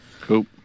Cool